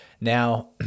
now